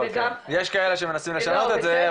יש כאלה שמנסים לשנות את זה,